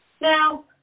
Now